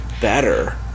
better